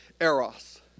eros